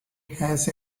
has